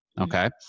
Okay